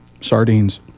Sardines